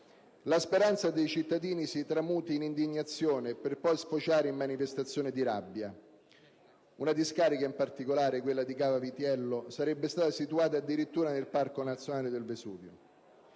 la speranza dei cittadini si tramuti in indignazione per poi sfociare in manifestazioni di rabbia (una discarica in particolare, quella di Cava Vitiello, sarebbe stata situata addirittura nel Parco nazionale del Vesuvio).